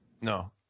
No